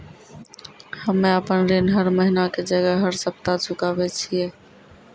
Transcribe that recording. हम्मे आपन ऋण हर महीना के जगह हर सप्ताह चुकाबै छिये